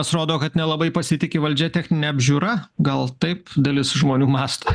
atrodo kad nelabai pasitiki valdžia technine apžiūra gal taip dalis žmonių mąsto